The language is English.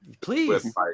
Please